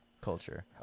Culture